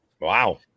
Wow